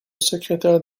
secrétaire